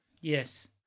Yes